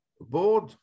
board